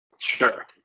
Sure